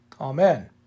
Amen